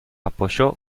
apoyó